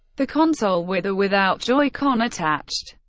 the console, with or without joy-con attached,